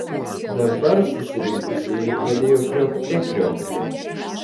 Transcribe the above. dabar susirinkusieji pradėjo kriokte kriokti